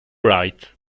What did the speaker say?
right